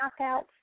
knockouts